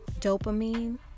dopamine